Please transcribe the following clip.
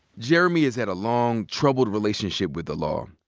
jeremy has had a long, troubled relationship with the law.